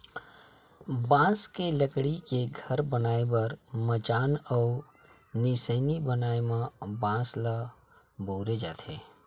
बांस के लकड़ी के घर बनाए बर मचान अउ निसइनी बनाए म बांस ल बउरे जाथे